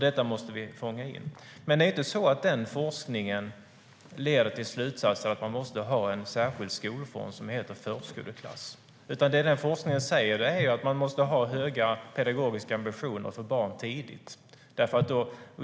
Det måste vi fånga upp. Denna forskning leder dock inte till slutsatsen att man måste ha en särskild skolform som heter förskoleklass. Det forskningen säger är att man måste ha höga pedagogiska ambitioner för barn tidigt.